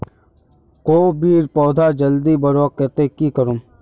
कोबीर पौधा जल्दी बढ़वार केते की करूम?